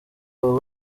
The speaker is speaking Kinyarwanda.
abo